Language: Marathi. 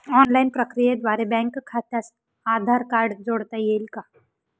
ऑनलाईन प्रक्रियेद्वारे बँक खात्यास आधार कार्ड जोडता येईल का?